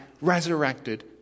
resurrected